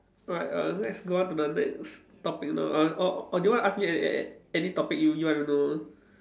right err let's go on to the next topic now or or do you want to ask me any any any topic you you want to know